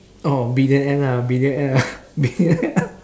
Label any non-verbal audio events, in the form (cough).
oh billionaire lah billionaire lah billion~ (laughs)